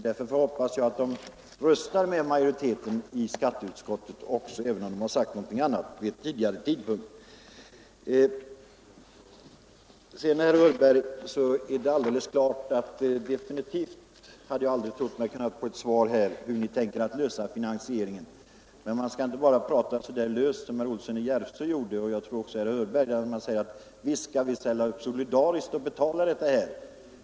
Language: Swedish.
Därför hoppas jag att de röstar med majoriteten i skatteutskottet, även om de sagt något annat vid en tidigare tidpunkt. Sedan, herr Hörberg, är det helt klart att jag inte trodde mig kunna få svar på frågan hur man skall lösa finansieringen, men man skall inte prata så löst om detta som herr Olsson i Järvsö och herr Hörberg gjorde när ni sade: Visst skall vi ställa upp solidariskt och betala detta.